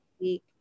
week